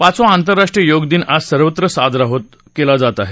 पाचवा आंतरराष्ट्रीय योग दिन आज सर्वत्र उत्साहात साजरा केला जात आहे